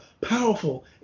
powerful